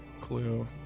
clue